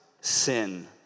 sin